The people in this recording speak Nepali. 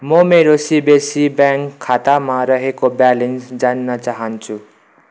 म मेरो सिबिसी ब्याङ्क खातामा रहेको ब्यालेन्स जान्न चाहन्छु